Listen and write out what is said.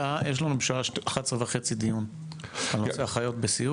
יש לנו בשעה 11:30 דיון על נושא אחיות בסיעוד.